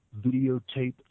videotape